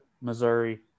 Missouri